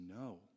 no